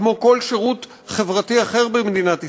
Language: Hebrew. כמו כל שירות חברתי אחר במדינת ישראל,